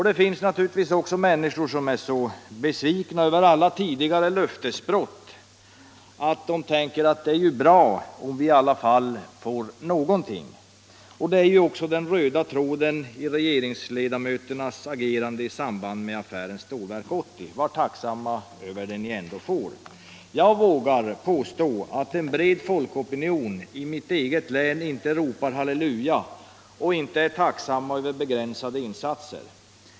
Det finns naturligtvis också människor som är så besvikna över alla tidigare löftesbrott att de tänker att det är bra att vi i alla fall får någonting. Det är också den röda tråden i regeringsledamöternas agerande i samband med affären Stålverk 80: Var tacksamma över det ni ändå får. Jag vågar påstå att en bred folkopinion i mitt eget län inte ropar halleluja och inte är tacksam över begränsade insatser.